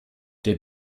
der